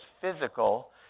physical